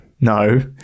No